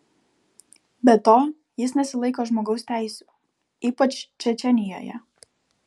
be to jis nesilaiko žmogaus teisių ypač čečėnijoje